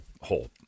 hole